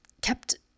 kept